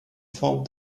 formed